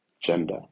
gender